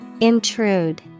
Intrude